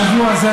השבוע הזה,